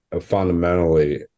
fundamentally